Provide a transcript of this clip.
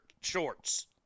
shorts